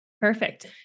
Perfect